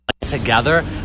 together